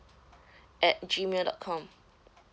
at Gmail dot com